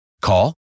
Call